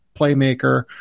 playmaker